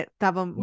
Estavam